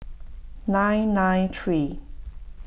nine nine three